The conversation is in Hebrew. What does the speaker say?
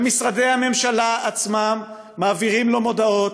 ומשרדי הממשלה עצמם מעבירים לו מודעות: